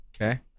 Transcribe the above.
okay